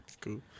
Cool